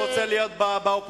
הוא רוצה להיות באופוזיציה.